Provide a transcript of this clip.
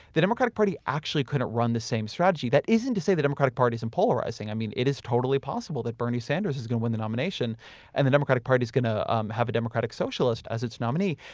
the democratic party actually couldn't run the same strategy. that isn't to say the democratic party isn't polarizing, i mean it is totally possible that bernie sanders is going to win the nomination and the democratic party is going to um have a democratic socialist as its nominee.